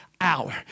hour